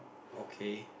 okay